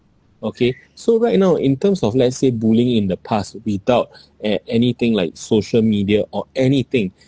okay so right now in terms of let's say bullying in the past without a~ anything like social media or anything